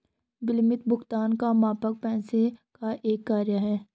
विलम्बित भुगतान का मानक पैसे का एक कार्य है